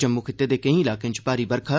जम्मू खित्ते दे केईं इलाकें च भारी बरखा